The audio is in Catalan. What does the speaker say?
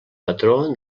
patró